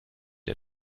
der